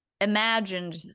imagined